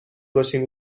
باشیم